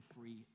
free